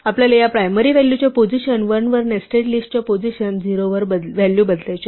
आपल्याला या प्रायमरी व्हॅल्यूच्या पोझिशन 1 वर नेस्टेड लिस्टच्या पोझिशन 0 वर व्हॅल्यू बदलायचे आहे